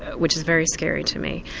which is very scary to me.